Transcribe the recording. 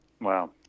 Wow